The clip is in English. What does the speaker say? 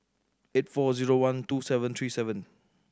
eight four zero one two seven three seven